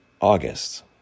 August